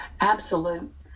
absolute